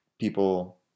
people